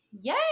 Yay